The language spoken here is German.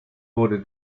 wurde